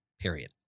period